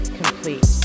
complete